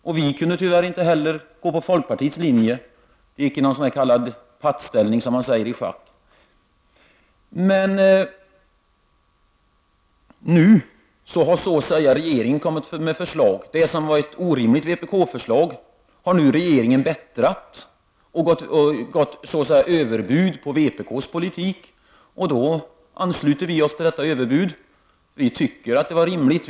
Tyvärr kunde vi inte heller ansluta oss till folkpartiets linje, och det blev vad man i schacksammanhang kallar en pattställning. Nu har dock regeringen lagt fram ett förslag. Vad som tidigare ansågs vara ett orimligt vpk-förslag har regeringen nu förbättrat genom att så att säga lägga ett överbud till vpk:s politik. Vi ansluter oss till detta ”överbud”, som vi tycker är rimligt.